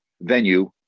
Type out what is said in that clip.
venue